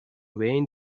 vain